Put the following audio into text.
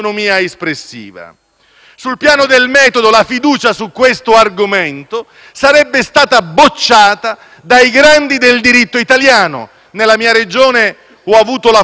Sul piano del metodo la fiducia su questo argomento sarebbe stata bocciata dai grandi del diritto italiano. Nella mia Regione ho avuto la fortuna di studiare